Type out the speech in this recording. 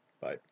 Bye